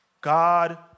God